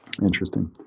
Interesting